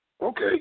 Okay